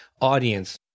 audience